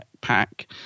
Pack